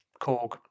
Korg